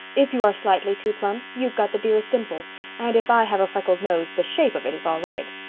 if you are slightly too plump you've got the dearest dimples and if i have a freckled nose the shape of it is all right.